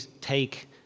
take